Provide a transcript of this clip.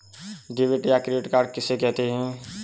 Debit या credit card किसे कहते हैं?